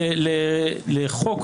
לחוק,